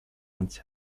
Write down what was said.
ans